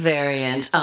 Variant